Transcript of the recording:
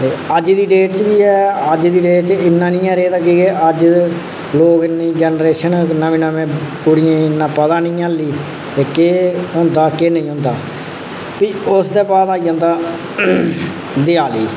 अज्ज दी डेट च बी एह अज्ज दी डेट च इन्ना नेईं ऐ रेह्दा कि लोकें दी जनरेशन नमीं कुड़ियें ई इन्ना पता नेईं ऐ हल्ली कि केह् होंदा केह् नेईं होंदा भी उसदे बाद आई जंदा देआली